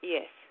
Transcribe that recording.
Yes